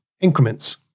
increments